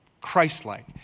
Christ-like